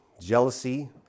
jealousy